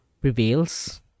prevails